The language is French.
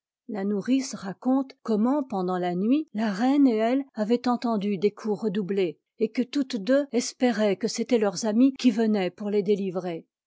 la nourrice raconte comment pendant la nuit la reine et elle avaient entendu des coups redoùblés et que toutes deux espéraient que c'étaient leurs amis qui venaient pour les délivrer